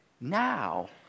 Now